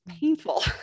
painful